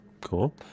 Cool